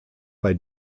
bei